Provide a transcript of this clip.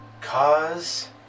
cause